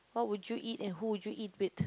what would you eat and who would you eat with